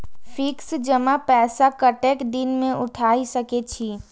Fix जमा पैसा कतेक दिन में उठाई सके छी?